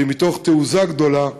מתוך תעוזה גדולה,